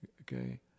Okay